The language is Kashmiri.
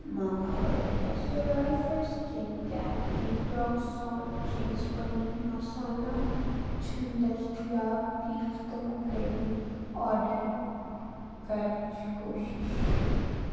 mama earth castor oil for skin کیچ pink rock salt chunks paneer masala چھِنہٕ دٔستِیاب پٕلیٖز تِم کٔرِو آڈَر کَرنٕچ کوٗشِش